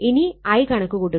ഇനി I കണക്ക് കൂട്ടുക